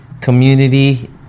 community